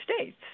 States